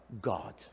God